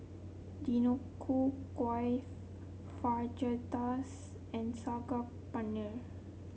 Deodeok Gui Fajitas and Saag Paneer